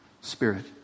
Spirit